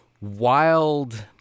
wild